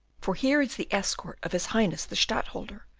for here is the escort of his highness the stadtholder,